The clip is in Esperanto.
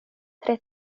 tre